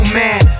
man